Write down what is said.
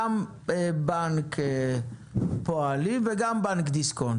גם בנק הפועלים וגם בנק דיסקונט,